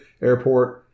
Airport